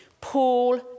Paul